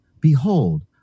Behold